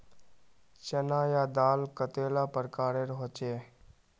चना या दाल कतेला प्रकारेर होचे?